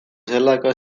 sellega